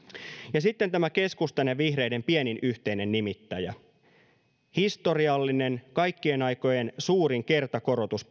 ja sitten tämä keskustan ja vihreiden pienin yhteinen nimittäjä historiallinen kaikkien aikojen suurin kertakorotus